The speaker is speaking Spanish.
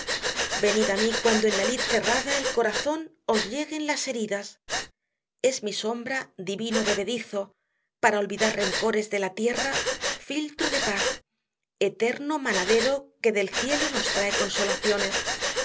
venid á mí cuando en la lid cerrada al corazón os lleguen las heridas gees mi sombra divino bebedizo para olvidar rencores de la tierra filtro de paz eterno manadero que del cielo nos trae consolaciones